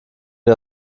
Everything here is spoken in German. wir